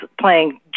playing